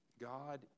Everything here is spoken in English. God